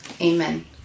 Amen